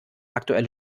aktuelle